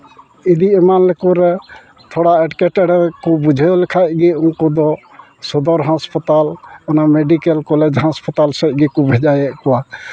ᱤᱫᱤ ᱮᱢᱟᱱ ᱞᱮᱠᱚ ᱨᱮ ᱛᱷᱚᱲᱟ ᱮᱴᱠᱮᱴᱚᱬᱮ ᱠᱚ ᱵᱩᱡᱷᱟᱹᱣ ᱞᱮᱠᱷᱟᱡ ᱜᱮ ᱩᱱᱠᱩ ᱫᱚ ᱥᱚᱫᱚᱨ ᱦᱟᱥᱯᱟᱛᱟᱞ ᱚᱱᱟ ᱢᱮᱰᱤᱠᱮᱞ ᱠᱚᱞᱮᱡᱽ ᱦᱟᱥᱯᱟᱛᱟᱞ ᱥᱮᱡ ᱜᱮᱠᱚ ᱵᱷᱮᱡᱟᱭᱮᱫ ᱠᱚᱣᱟ